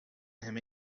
him